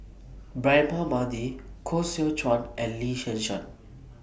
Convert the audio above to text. Braema Mathi Koh Seow Chuan and Lee Yi Shyan